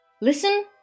Listen